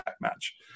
match